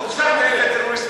חבר הכנסת מיכאל בן-ארי,